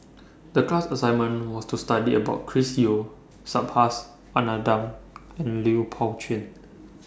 The class assignment was to study about Chris Yeo Subhas Anandan and Lui Pao Chuen